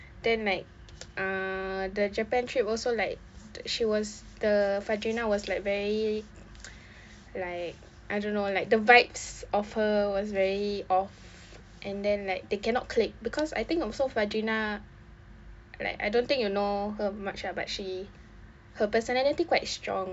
then like ah the japan trip also like she was the fadreena was like very like I don't know like the vibes of her was very off and then like they cannot click because I think also fadreena like I don't think you know her much lah but her personality quite strong